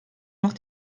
noch